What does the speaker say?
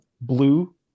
blue